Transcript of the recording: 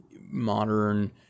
modern